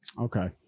okay